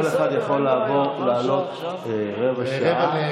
כל אחד יכול לעלות לרבע שעה.